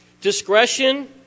discretion